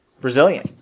Brazilian